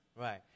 right